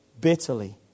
bitterly